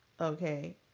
Okay